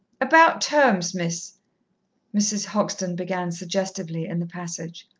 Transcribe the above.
about terms, miss mrs. hoxton began suggestively in the passage.